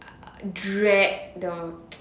drag the